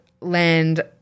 land